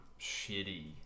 shitty